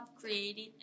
created